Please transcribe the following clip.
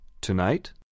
Tonight